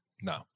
No